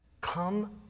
come